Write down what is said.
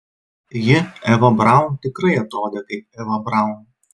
ji eva braun tikrai atrodė kaip eva braun